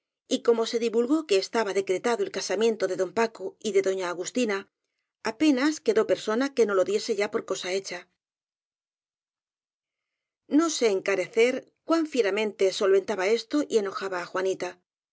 y como se divulgó que estaba decretado el casamiento de don paco y de doña agustina apenas quedó persona que no lo diese ya por cosa hecha no sé encarecer cuán fieramente solevantaba esto y enojaba á juanita